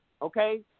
Okay